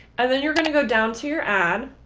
and then you're going to go down to your ad